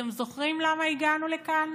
אתם זוכרים למה הגענו לכאן?